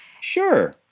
Sure